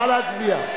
נא להצביע.